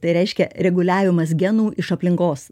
tai reiškia reguliavimas genų iš aplinkos